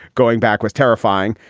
going back was terrifying.